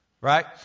Right